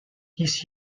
his